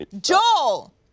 Joel